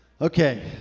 Okay